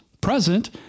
present